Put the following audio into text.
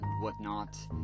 whatnot